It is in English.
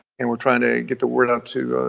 and we're trying to get the word out to